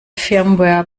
firmware